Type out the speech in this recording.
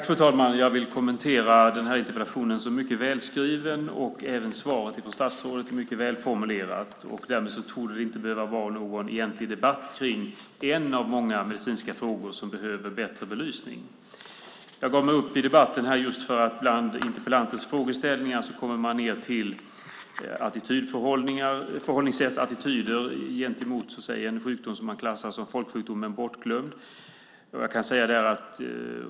Fru talman! Jag vill kommentera den här interpellationen, som är mycket välskriven. Även svaret från statsrådet är mycket välformulerat. Därmed torde det inte behöva vara någon egentlig debatt om en av många medicinska frågor som behöver bättre belysning. Jag ger mig in i debatten för att bland interpellantens frågeställningar kommer man ned till attitydförhållanden gentemot en sjukdom som man klassar som en bortglömd folksjukdom.